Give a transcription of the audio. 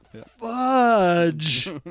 fudge